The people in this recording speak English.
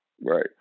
Right